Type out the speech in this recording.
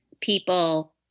people